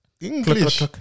English